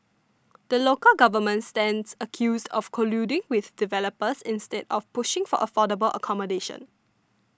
the local government stands accused of colluding with developers instead of pushing for affordable accommodation